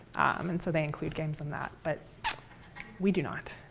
um and so they include games in that. but we do not,